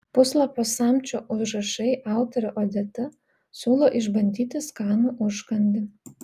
puslapio samčio užrašai autorė odeta siūlo išbandyti skanų užkandį